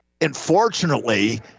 unfortunately